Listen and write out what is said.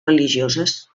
religioses